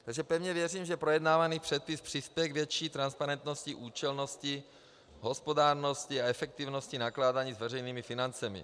Takže pevně věřím, že projednávaný předpis přispěje k větší transparentnosti, účelnosti, hospodárnosti a efektivnosti nakládání s veřejnými financemi.